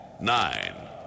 nine